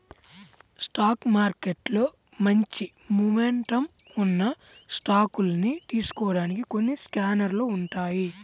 stock మార్కెట్లో మంచి momentum ఉన్న స్టాకుల్ని తెలుసుకోడానికి కొన్ని స్కానర్లు ఉంటాయ్